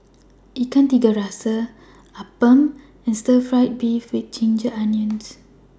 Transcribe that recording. Ikan Tiga Rasa Appam and Stir Fry Beef with Ginger Onions